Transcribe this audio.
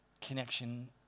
connection